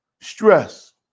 Stress